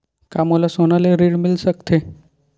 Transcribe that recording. का मोला सोना ले ऋण मिल सकथे?